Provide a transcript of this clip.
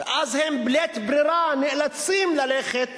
ואז בלית ברירה הם נאלצים ללכת